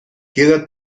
queda